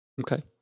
Okay